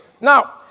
now